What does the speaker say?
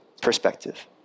perspective